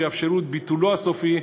שיאפשרו את ביטולו הסופי,